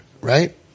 right